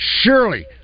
surely